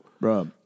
Bro